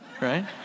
right